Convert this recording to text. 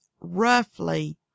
Roughly